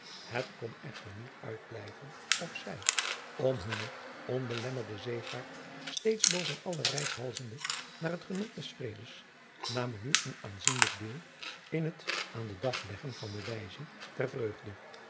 het kon echter niet uitblijven of zij om hunne onbelemmerde zeevaart steeds boven allen reikhalzende naar het genot des vredes namen nu een aanzienlijk deel in adriaan loosjes pzn het leven van maurits lijnslager het aan den dag leggen van bewijzen der vreugde